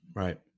right